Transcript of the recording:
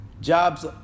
jobs